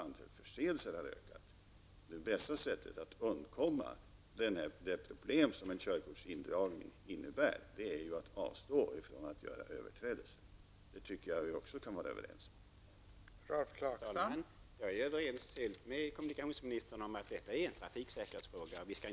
Det bästa sättet att undgå det problem som en körkortsindragning medför är att avstå från att göra överträdelser. Det tycker jag att vi också skulle kunna vara överens om.